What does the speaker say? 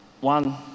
One